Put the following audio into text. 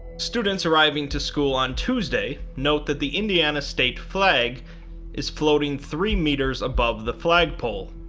students arriving to school on tuesday note that the indiana state flag is floating three meters above the flagpole,